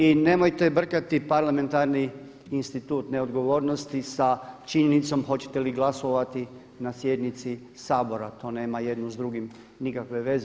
I nemojte brkati parlamentarni institut neodgovornosti sa činjenicom hoćete li glasovati na sjednici Sabora, to nema jedno s drugim nikakve veze.